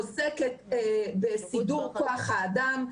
עוסקת בסידור כוח האדם,